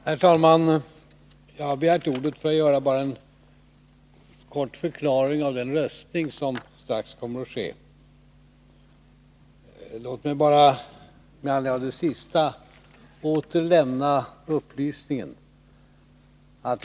Herr talman! Jag har begärt ordet bara för att göra en kort förklaring beträffande den röstning som strax kommer att ske. Låt mig bara med anledning av det sista åter lämna en upplysning.